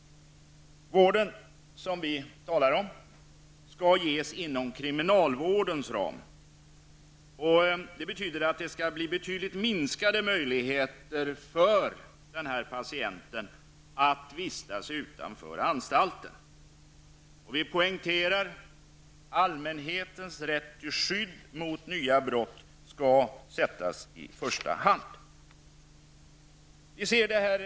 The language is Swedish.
Vården som vi talar om skall ges inom kriminalvårdens ram. Det betyder betydligt minskade möjligheter för patienten att vistas utanför anstalten. Vi poängterar att allmänhetens rätt till skydd mot nya brott skall sättas i första hand. Herr talman!